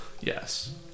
yes